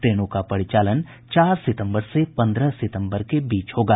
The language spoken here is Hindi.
ट्रेनों का परिचालन चार सितम्बर से पंद्रह सितम्बर के बीच होगा